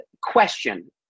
question